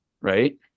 right